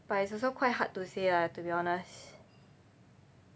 but it's also quite hard to say ah to be honest